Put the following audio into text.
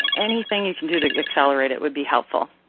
anything you can do to accelerate it would be helpful.